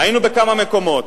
היינו בכמה מקומות.